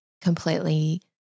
completely